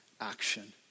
action